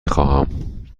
خواهم